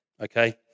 okay